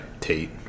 Tate